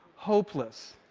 hopeless.